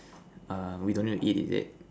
err we don't need to eat is it